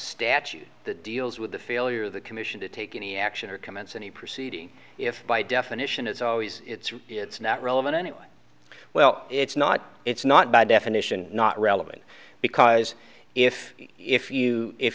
statute that deals with the failure of the commission to take any action or commence any proceeding if by definition it's always it's it's not relevant and it well it's not it's not by definition not relevant because if if you if